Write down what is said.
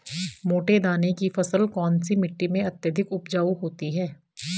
मोटे दाने की फसल कौन सी मिट्टी में अत्यधिक उपजाऊ होती है?